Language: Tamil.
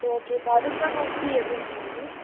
ஓகே இப்போ அதுக்குலாம் ஃபீ எப்படி மேம் ஆகுது